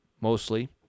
mostly